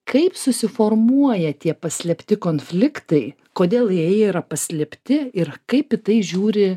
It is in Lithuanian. kaip susiformuoja tie paslėpti konfliktai kodėl jie yra paslėpti ir kaip į tai žiūri